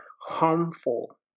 harmful